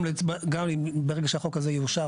גם ברגע שהחוק הזה יאושר,